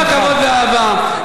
עם כל הכבוד והאהבה,